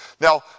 Now